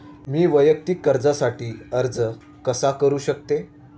मी वैयक्तिक कर्जासाठी अर्ज कसा करु शकते?